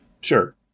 Sure